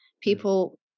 People